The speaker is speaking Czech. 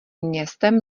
městem